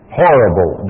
horrible